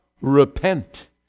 repent